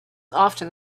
often